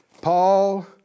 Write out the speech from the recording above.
Paul